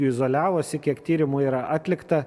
jų izoliavosi kiek tyrimų yra atlikta